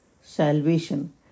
salvation